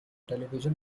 television